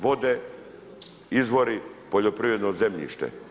Vode, izvori, poljoprivredno zemljište.